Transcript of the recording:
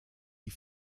die